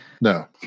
No